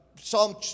Psalm